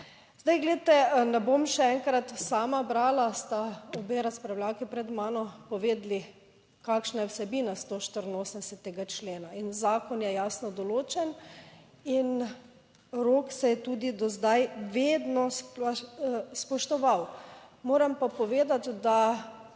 Zdaj, glejte, ne bom še enkrat sama brala, sta obe razpravljavki pred mano povedali, kakšna je vsebina 184. člena in zakon je jasno določen in rok se je tudi do zdaj vedno spoštoval. Moram pa povedati, da